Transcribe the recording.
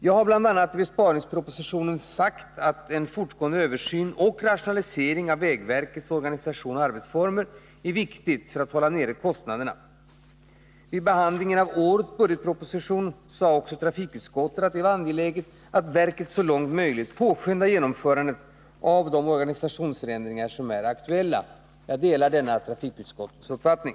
Jag har bl.a. i besparingspropositionen sagt att en fortgående översyn och rationalisering av vägverkets organisation och arbetsformer är viktig för att hålla nere kostnaderna. Vid behandlingen av årets budgetproposition sade också trafikutskottet att det var angeläget att verket så långt möjligt påskyndar genomförandet av de organisationsförändringar som är aktuella. Jag delar denna trafikutskottets uppfattning.